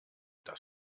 das